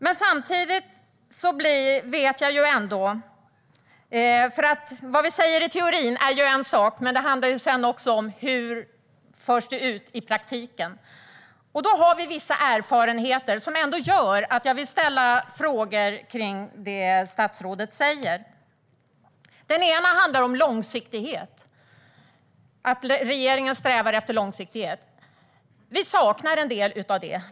Men samtidigt vet jag att vad vi säger i teorin är en sak. Det handlar sedan om hur det förs ut i praktiken. Då har vi vissa erfarenheter som gör att jag vill fråga om det som statsrådet säger. En sak handlar om långsiktighet och att regeringen strävar efter långsiktighet. Vi saknar en del av det.